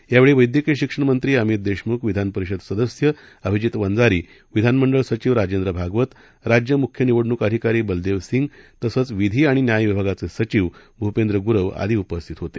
यावेळी वैद्यकीय शिक्षणमंत्री अमित देशमुख विधानपरिषद सदस्य अभिजित वंजारी विधानमंडळ सचिव राजेंद्र भागवत राज्य मुख्य निवडणुक अधिकारी बलदेव सिंग तसंच विधी आणि न्याय विभागाचे सचिव भूपेंद्र गुरव आदि उपस्थित होते